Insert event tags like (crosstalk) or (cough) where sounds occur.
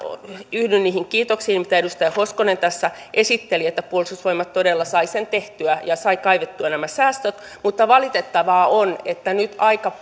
yhdyn niihin kiitoksiin mitä edustaja hoskonen tässä esitteli että puolustusvoimat todella sai sen tehtyä ja sai kaivettua nämä säästöt mutta valitettavaa on että nyt aika (unintelligible)